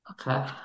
Okay